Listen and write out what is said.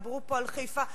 דיברו פה על חיפה,